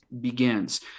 begins